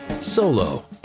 Solo